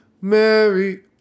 Mary